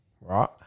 right